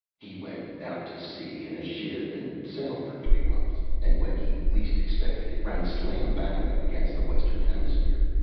he went out to sea in a ship and sailed for three months, and when he least expected it ran slam-bang up against the western hemisphere.